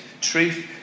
Truth